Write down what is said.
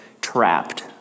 trapped